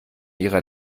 ihrer